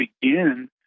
begin